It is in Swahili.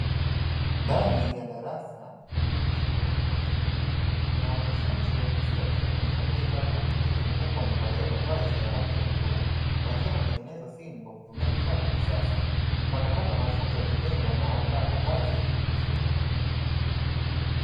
Ndani ya darasa la chuo cha ufundi, kuna wanafunzi wa jinsia ya kiume waliekaa kwa utulivu huku wamevalia mavazi ya rangi ya bluu, wakiwa wanatengeneza simu kwa kutumia vifaa vya kisasa. Wanapata mafunzo ya vitendo yanayowandaa kwa kazi za kiufundi.